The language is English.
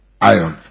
iron